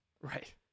right